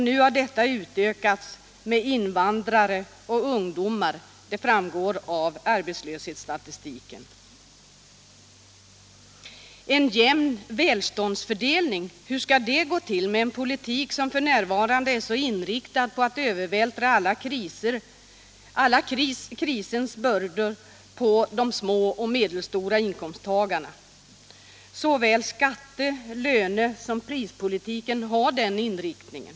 Nu har denna reserv utökats med invandrare och ungdomar; det framgår av arbetslöshetsstatistiken. En jämn välståndsfördelning — hur skall denna komma till stånd med en politik som f.n. är så inriktad på att övervältra alla krisens bördor på de små och medelstora inkomsttagarna? Såväl skattesom löneoch prispolitiken har den inriktningen.